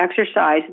exercise